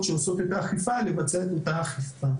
הרשויות יכולות לבצע את האכיפה.